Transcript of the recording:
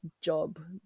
job